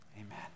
amen